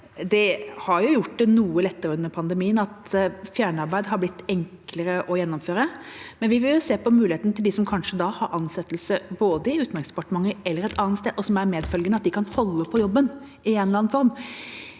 Det har gjort det noe lettere under pandemien at fjernarbeid har blitt enklere å gjennomføre, men vi vil se på muligheten til at de som kanskje har ansettelse i Utenriksdepartementet eller et annet sted, og som er medfølgende, kan holde på jobben i en eller annen form,